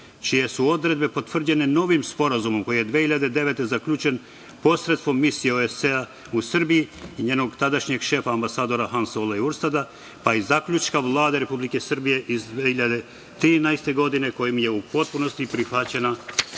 čije su odredbe potvrđene novim sporazumom 2009. godine koji je zaključen posredstvom misije OSCE u Srbiji i njenog tadašnjeg šefa ambasadora, Hansa Ola Urstad, pa je iz zaključka Vlade Republike Srbije iz 2013. godine kojim je u potpunosti prihvaćena